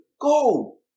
go